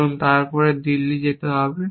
এবং তারপর দিল্লি যেতে হবে